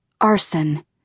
arson